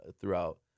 throughout